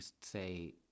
say